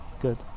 good